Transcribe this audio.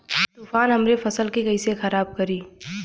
तूफान हमरे फसल के कइसे खराब करी?